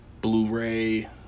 Blu-ray